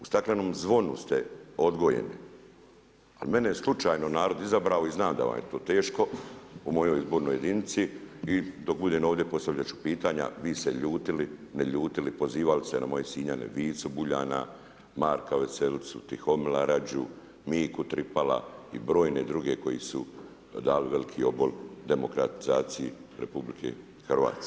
U staklenom zvonu ste odgojeni, ali mene slučajno narod izabrao i znan da vam je to teško u mojoj izbornoj jedinici i dok buden ovdje postavljat ću pitanja, vi se ljutili, ne ljutili, pozivali se na moje Sinjane, Vicu Buljana, Marka Veselicu, Tihomila Rađu, Miku Tripala i brojne druge koji su dali veliki obol demokratizaciji RH.